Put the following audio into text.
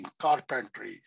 carpentry